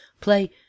play